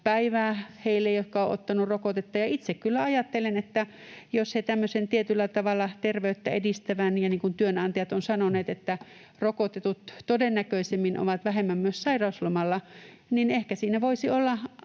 päivää heille, jotka ovat ottaneet rokotetta. Itse kyllä ajattelen, että jos he tämmöisen tietyllä tavalla terveyttä edistävän teon tekevät — niin kuin työnantajat ovat sanoneet, rokotetut todennäköisemmin ovat vähemmän myös sairauslomalla — niin ehkä siinä voisi